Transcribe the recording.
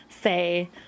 say